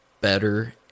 better